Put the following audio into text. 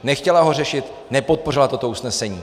Nechtěla ho řešit, nepodpořila toto usnesení.